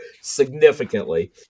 significantly